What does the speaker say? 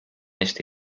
eesti